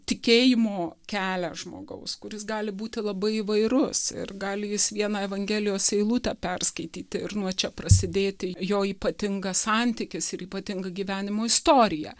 tikėjimo kelią žmogaus kuris gali būti labai įvairus ir gali jis vieną evangelijos eilutę perskaityti ir nuo čia prasidėti jo ypatingas santykis ir ypatinga gyvenimo istorija